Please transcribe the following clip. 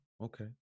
okay